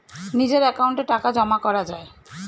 নিজের অ্যাকাউন্টে টাকা জমা করা যায়